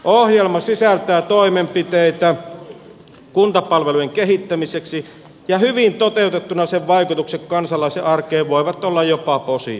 ohjelma sisältää toimenpiteitä kuntapalvelujen kehittämiseksi ja hyvin toteutettuna sen vaikutukset kansalaisen arkeen voivat olla jopa positiivisia